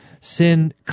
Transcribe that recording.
Sin